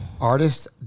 Artists